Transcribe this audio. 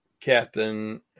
Captain